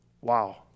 Wow